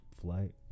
flight